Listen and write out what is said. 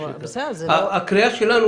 הקריאה שלנו